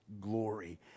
glory